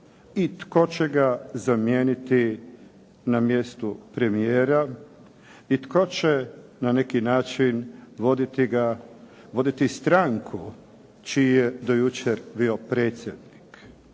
i tko će ga zamijeniti na mjestu premijera i tko će na neki način voditi ga, voditi stranku čiji je do jučer bio predsjednik.